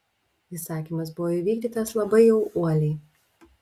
įsakymas buvo įvykdytas labai jau uoliai